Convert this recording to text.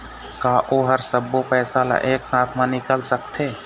का ओ हर सब्बो पैसा ला एक साथ म निकल सकथे?